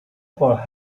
por